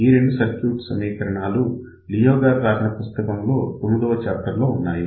ఈ రెండు సర్క్యూట్స్ సమీకరణాలు లియో గారు రాసిన పుస్తకం లో 9వ చాప్టర్లో ఉన్నాయి